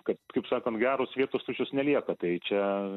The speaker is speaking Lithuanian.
kad kaip sakant geros vietos tuščios nelieka tai čia